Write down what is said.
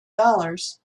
dollars